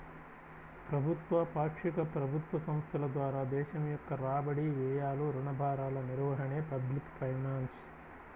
ప్రభుత్వ, పాక్షిక ప్రభుత్వ సంస్థల ద్వారా దేశం యొక్క రాబడి, వ్యయాలు, రుణ భారాల నిర్వహణే పబ్లిక్ ఫైనాన్స్